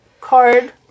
card